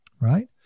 right